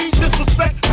disrespect